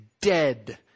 dead